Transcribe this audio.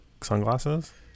sunglasses